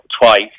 twice